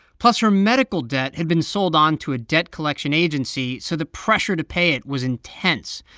plus, her medical debt had been sold on to a debt collection agency, so the pressure to pay it was intense.